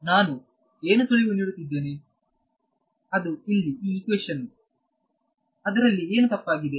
ನಾನು ಏನು ಸುಳಿವು ನೀಡುತ್ತಿದ್ದೇನೆ ಅದು ಇಲ್ಲಿ ಈ ಇಕ್ವೇಶನ್ಅದರಲ್ಲಿ ಏನೊ ತಪ್ಪಾಗಿದೆ